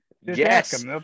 yes